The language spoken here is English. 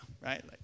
right